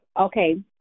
Okay